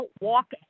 walk